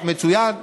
מצוין,